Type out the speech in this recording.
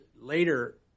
later